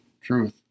truth